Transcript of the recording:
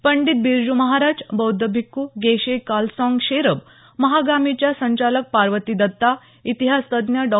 पंडित बिरजू महाराज बौध्द भिक्खू गेशे कालसाँग शेरब महागामीच्या संचालक पार्वती दत्ता इतिहासतज्ज्ञ डॉ